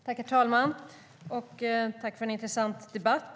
Herr talman! Tack för en intressant debatt!